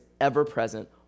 ever-present